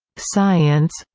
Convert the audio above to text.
science,